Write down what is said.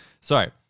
Sorry